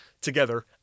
together